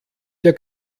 der